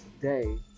today